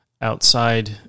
outside